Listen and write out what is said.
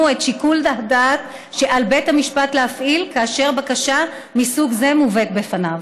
את שיקול הדעת שעל בית המשפט להפעיל כאשר בקשה מסוג זה מובאת בפניו.